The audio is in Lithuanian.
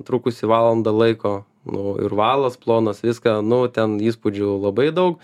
trukusi valandą laiko nu ir valas plonas viską nu ten įspūdžių labai daug